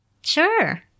Sure